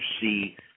see